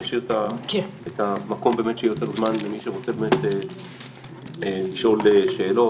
אני אשאיר את המקום באמת שיהיה יותר הזמן למי שרוצה לשאול שאלות.